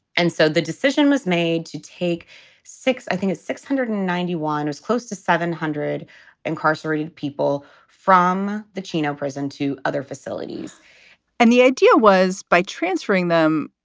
and so the decision was made to take six, i think is six hundred and ninety one is close to seven hundred incarcerated people from the chino prison to other facilities and the idea was by transferring them,